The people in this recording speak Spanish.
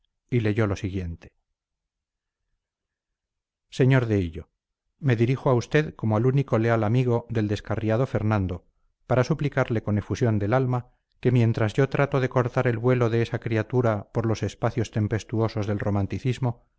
y leyó lo siguiente sr de hillo me dirijo a usted como al único leal amigo del descarriado fernando para suplicarle con efusión del alma que mientras yo trato de cortar el vuelo de esa criatura por los espacios tempestuosos del romanticismo